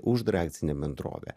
uždarąją akcinę bendrovę